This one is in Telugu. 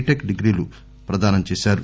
టెక్ డిగ్రీలు ప్రదానం చేశారు